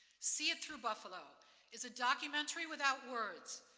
see it through buffalo is a documentary without words,